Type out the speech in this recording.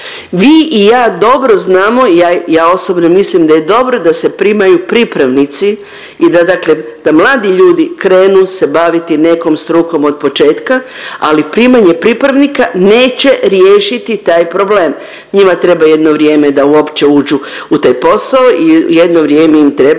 Vi i ja dobro znamo i ja osobno mislim da je dobro da se primaju pripravnici i da dakle mladi ljudi krenu se baviti nekom strukom od početka, ali primanje pripravnika neće riješiti taj problem. Njima treba jedno vrijeme da uopće uđu u taj posao i jedno vrijeme im treba